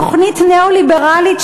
תוכנית ניאו-ליברלית,